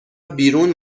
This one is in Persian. بیرون